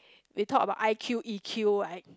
we talk about I_Q E_Q one